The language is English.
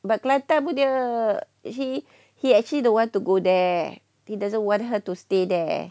but kelatan punya he he actually don't want to go there he doesn't want her to stay there